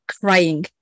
crying